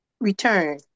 return